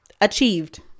Achieved